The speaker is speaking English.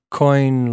coin